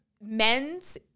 men's